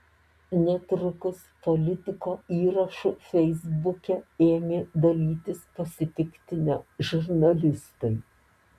netrukus politiko įrašu feisbuke ėmė dalytis pasipiktinę žurnalistai